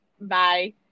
Bye